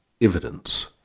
evidence